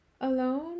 alone